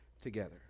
together